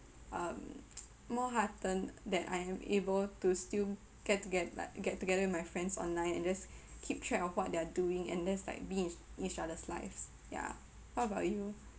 um more heartened that I am able to still get to get like get together with my friends online and just keep track of what they're doing and just like be in each other's lives yeah what about you